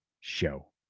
show